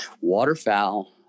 waterfowl